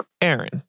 Aaron